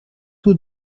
tout